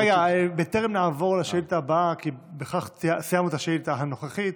בכך סיימנו את השאילתה הנוכחית,